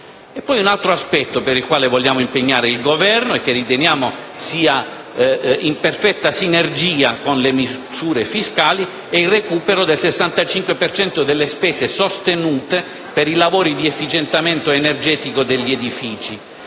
Un altro aspetto per il quale vogliamo impegnare il Governo e che riteniamo sia in perfetta sinergia con le misure fiscali e il recupero del 65 per cento delle spese sostenute per i lavori di efficientamento energetico degli edifici